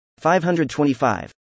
525